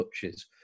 touches